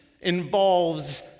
involves